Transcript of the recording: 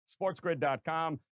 sportsgrid.com